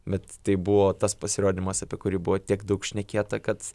bet tai buvo tas pasirodymas apie kurį buvo tiek daug šnekėta kad